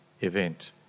event